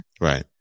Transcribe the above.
Right